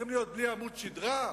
צריכים להיות בלי עמוד שדרה?